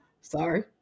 Sorry